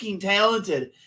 talented